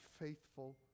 faithful